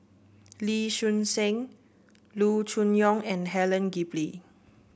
Lee Choon Seng Loo Choon Yong and Helen Gilbey